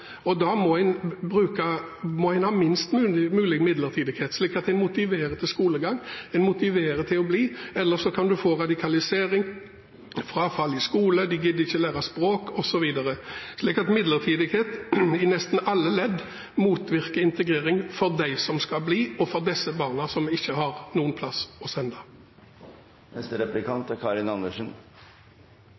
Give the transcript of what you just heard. alle. Da må man ha minst mulig midlertidighet, slik at en motiverer til skolegang og til å bli. Ellers kan man få radikalisering, frafall i skolen, man gidder ikke å lære språk, osv. Midlertidighet i nesten alle ledd motvirker integrering for dem som skal bli, og for disse barna som vi ikke har noen plass å sende.